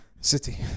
City